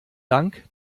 dank